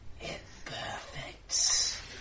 imperfect